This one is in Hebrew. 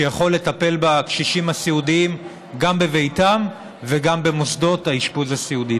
שיכול לטפל בקשישים הסיעודיים גם בביתם וגם במוסדות האשפוז הסיעודי.